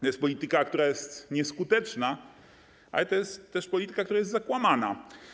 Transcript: To jest polityka, która jest nieskuteczna, ale to jest też polityka, która jest zakłamana.